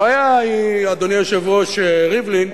הבעיה היא, אדוני היושב-ראש ריבלין,